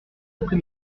après